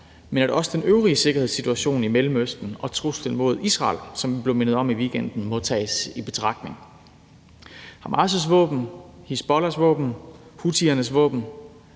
men at også den øvrige sikkerhedssituation i Mellemøsten og truslen mod Israel, som vi blev mindet om i weekenden, må tages i betragtning. Hamas' våben, Hizbollahs våben og houthiernes våben